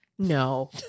No